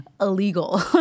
illegal